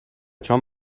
چون